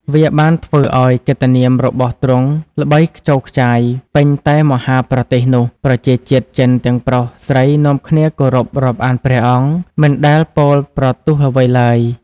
វាបានធ្វើអោយកិត្តិនាមរបស់ទ្រង់ល្បីខ្ចរខ្ចាយពេញតែមហាប្រទេសនោះ ប្រជាជាតិចិនទាំងប្រុសស្រីនាំគ្នាគោរពរាប់អានព្រះអង្គ មិនដែលពោលប្រទូស្តអ្វីឡើយ ។